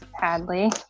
Hadley